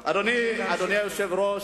אדוני היושב-ראש,